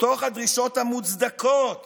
מתוך הדרישות המוצדקות